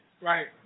Right